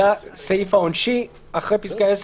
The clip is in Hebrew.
זה הסעיף העונשי - (1) אחרי פסקה (10)